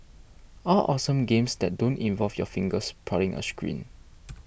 all awesome games that don't involve your fingers prodding a screen